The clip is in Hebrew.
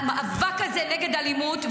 המאבק הזה נגד אלימות,